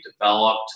developed